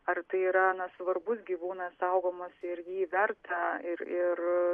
ar tai yra na svarbus gyvūnas saugomas ir jį verta ir ir